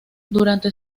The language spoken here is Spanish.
durante